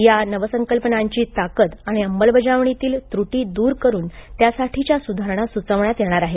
याची नवसंकल्पनांची ताकद आणि अंमलबजावणीतील तृटी दूर करुन यासाठीच्या सुधारणा सुचवण्यात येणार आहेत